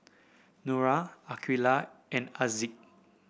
Nura Aqilah and Aziz